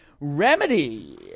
Remedy